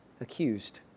accused